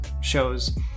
shows